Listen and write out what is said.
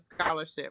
scholarship